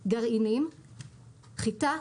"גרעינים" חיטה,